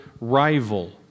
rival